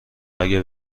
اگر